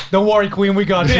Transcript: don't worry queen we got you.